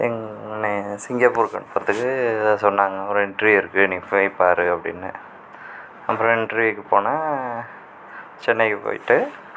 எங் என்னைய சிங்கப்பூருக்கு அனுப்புறத்துக்கு சொன்னாங்க ஒரு இன்டர்வியூ இருக்குது நீ போய் பாரு அப்படின்னு அப்புறம் இன்டர்வ்யூக்கு போனேன் சென்னைக்கு போய்விட்டு